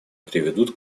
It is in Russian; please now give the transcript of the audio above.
приведут